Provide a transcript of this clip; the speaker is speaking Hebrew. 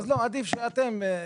אז לא, עדיף שאתם תוסיפו.